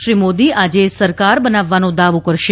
શ્રી મોદી આજે સરકાર બનાવવાનો દાવો કરશે